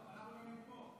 אנחנו גם נתמוך.